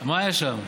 מה היה שם?